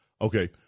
Okay